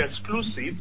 exclusive